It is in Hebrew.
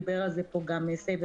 דיברו על זה פה גם מסייברוואן,